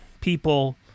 people